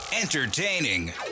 entertaining